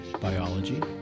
biology